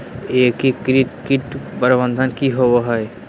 एकीकृत कीट प्रबंधन की होवय हैय?